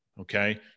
Okay